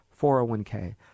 401k